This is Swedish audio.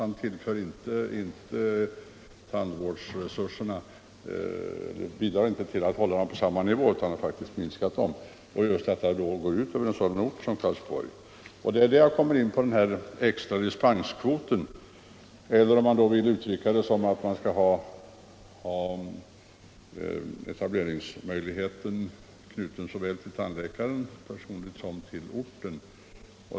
Han bidrar inte till att totalt sett hålla tandvårdsresurserna på samma nivå utan har faktiskt minskat dem, och detta har då gått ut över en sådan ort som Karlsborg. Här kommer jag in på den extra dispenskvoten — eller, om man vill uttrycka det så, att man skall ha etableringsmöjligheten knuten till såväl tandläkaren som orten.